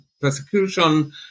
persecution